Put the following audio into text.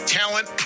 talent